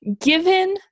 given